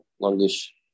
longish